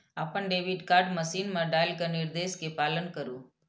अपन debit card machine मे डालि कें निर्देश के पालन करु